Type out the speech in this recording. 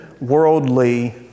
Worldly